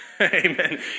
Amen